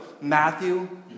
Matthew